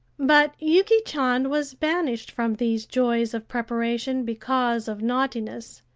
but yuki chan was banished from these joys of preparation because of naughtiness,